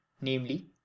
namely